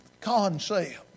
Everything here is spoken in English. concept